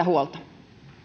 huolta